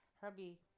Herbie